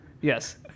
yes